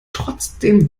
trotzdem